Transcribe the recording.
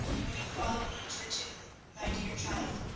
when you follow me to the tomb, my dear child,